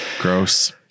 gross